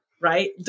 Right